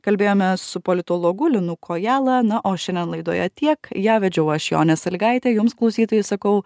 kalbėjome su politologu linu kojala na o šiandien laidoje tiek ją vedžiau aš jonė salygaitė jums klausytojai sakau